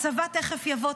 הצבא תכף יבוא,